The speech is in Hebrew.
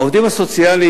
העובדים הסוציאליים,